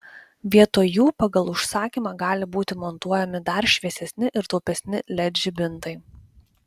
vietoj jų pagal užsakymą gali būti montuojami dar šviesesni ir taupesni led žibintai